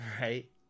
Right